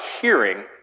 hearing